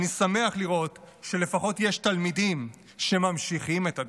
אני שמח לראות שלפחות יש תלמידים שממשיכים את הדרך.